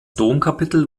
domkapitel